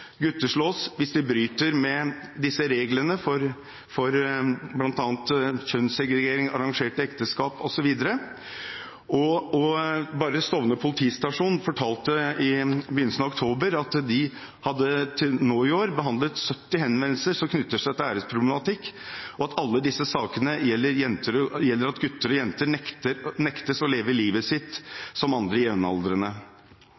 hvis de bryter med reglene for bl.a. kjønnssegregering, arrangerte ekteskap osv. På Stovner politistasjon fortalte de i begynnelsen av oktober at de til da i år hadde behandlet 70 henvendelser som knyttet seg til æresproblematikk, og at alle disse sakene handlet om at gutter og jenter ble nektet å leve livet